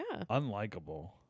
Unlikable